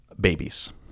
babies